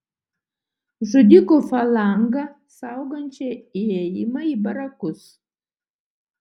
žudikų falangą saugančią įėjimą į barakus